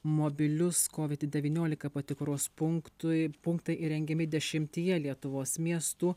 mobilius covid devyniolika patikros punktui punktai įrengiami dešimtyje lietuvos miestų